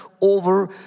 over